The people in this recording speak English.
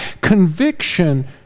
Conviction